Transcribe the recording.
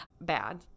Bad